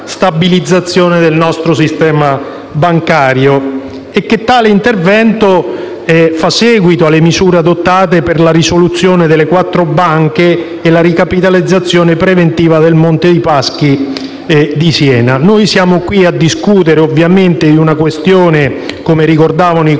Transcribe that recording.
stabilizzazione del nostro sistema bancario e che tale intervento fa seguito alle misure adottate per la risoluzione di quattro banche e la ricapitalizzazione preventiva del Monte dei Paschi di Siena. Siamo qui a discutere di una questione, come ricordavano i